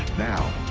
now,